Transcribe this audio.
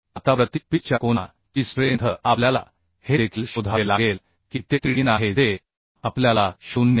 आता प्रति पिच च्या कोना ची स्ट्रेंथ आपल्याला हे देखील शोधावे लागेल की ते TDN आहे जे आपल्याला 0